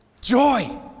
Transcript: joy